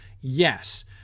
Yes